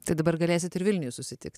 tai dabar galėsit ir vilniuj susitikt